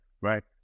Right